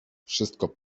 wszystko